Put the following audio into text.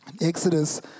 Exodus